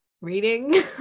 reading